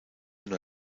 una